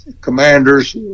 commanders